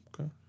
Okay